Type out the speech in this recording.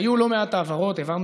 היו לא מעט העברות.